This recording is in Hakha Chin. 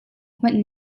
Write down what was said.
hmanh